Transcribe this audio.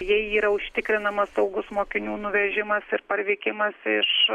jei yra užtikrinamas saugus mokinių nuvežimas ir parvykimas iš